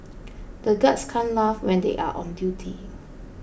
the guards can't laugh when they are on duty